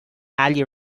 ali